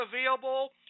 available